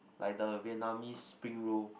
like the Vietnamese spring roll